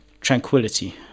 tranquility